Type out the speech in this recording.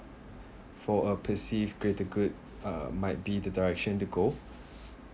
for a perceived category uh might be the direction to go